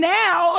now